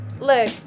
look